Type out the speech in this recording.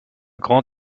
grand